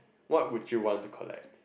what would you want to collect